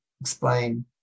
explain